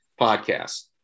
podcast